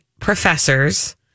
professors